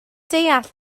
deall